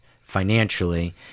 financially